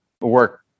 work